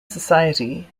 society